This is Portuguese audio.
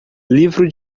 livro